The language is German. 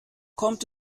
kommt